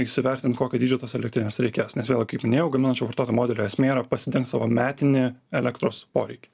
įsivertint kokio dydžio tos elektrinės reikės nes vėl kaip minėjau gaminančio vartotojo modelio esmė yra pasidengt savo metinį elektros poreikį